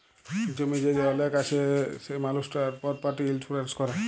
জমি জায়গা অলেক আছে সে মালুসট তার পরপার্টি ইলসুরেলস ক্যরে